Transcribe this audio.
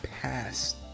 past